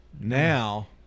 now